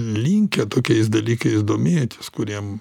linkę tokiais dalykais domėtis kuriem